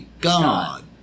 God